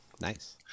Nice